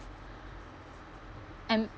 and